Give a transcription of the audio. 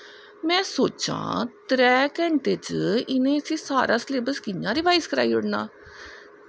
में सोचां की त्रै घैंटे च इनैं सारा सिलेवस इसी कियां रिवाईज़ कराई ओड़नां